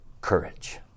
courage